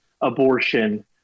abortion